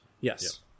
Yes